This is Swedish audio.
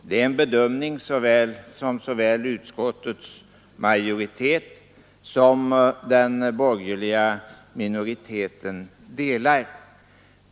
Det är en bedömning som såväl utskottets majoritet som den borgerliga minoriteten gör.